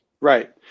Right